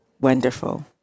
Wonderful